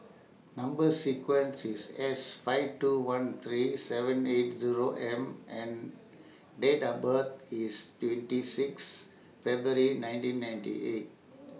Number sequence IS S five two one three seven eight Zero M and Date of birth IS twenty six February nineteen ninety eight